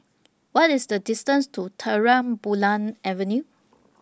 What IS The distance to Terang Bulan Avenue